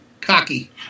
cocky